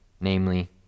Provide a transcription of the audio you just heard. namely